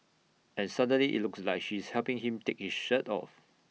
and suddenly IT looks like she's helping him take his shirt off